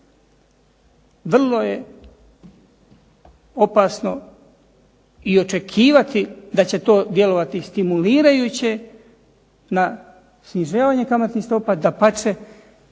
vrlo je opasno i očekivati da će to djelovati stimulirajuće na smanjenje kamatnih stopa, dapače